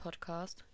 podcast